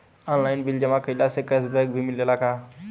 Online bill जमा कईला से कैश बक भी मिलेला की?